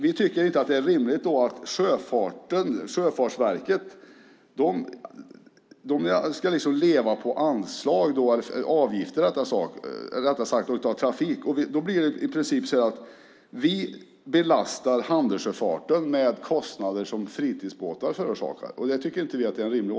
Vi tycker inte att det är rimligt att Sjöfartsverket ska leva på anslag och avgifter från trafiken. Då blir det i princip så att man belastar handelssjöfarten med kostnader som fritidsbåtar förorsakar. Det tycker vi inte är rimligt.